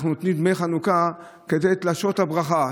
אנחנו נותנים דמי חנוכה כדי להשרות את הברכה,